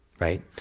right